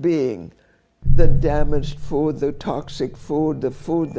being the damage for the toxic food the food